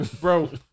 Bro